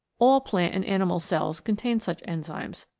all plant and animal cells contain such enzymes.